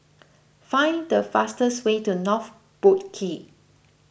find the fastest way to North Boat Quay